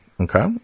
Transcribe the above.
Okay